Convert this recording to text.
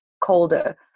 colder